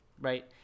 right